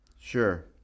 Sure